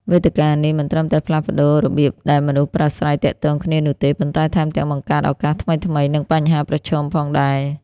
វេទិកានេះមិនត្រឹមតែផ្លាស់ប្តូររបៀបដែលមនុស្សប្រាស្រ័យទាក់ទងគ្នានោះទេ ប៉ុន្តែថែមទាំងបង្កើតឱកាសថ្មីៗ និងបញ្ហាប្រឈមផងដែរ។